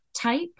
Type